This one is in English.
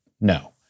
No